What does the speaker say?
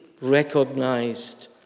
recognized